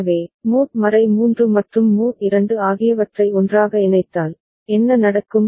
எனவே மோட் 3 மற்றும் மோட் 2 ஆகியவற்றை ஒன்றாக இணைத்தால் என்ன நடக்கும்